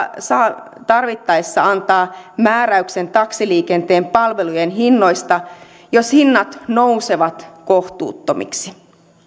tarvittaessa antaa määräyksen taksiliikenteen palvelujen hinnoista jos hinnat nousevat kohtuuttomiksi